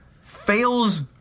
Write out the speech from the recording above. fails